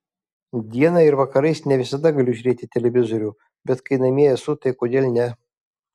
dieną ir vakarais ne visada galiu žiūrėti televizorių bet kai namie esu tai kodėl ne